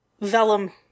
vellum